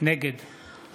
נגד